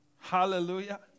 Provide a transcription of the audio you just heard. Hallelujah